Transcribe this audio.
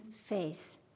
faith